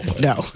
No